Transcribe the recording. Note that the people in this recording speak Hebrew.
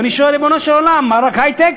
ואני שואל, ריבונו של עולם: מה, רק היי-טק?